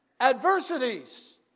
Adversities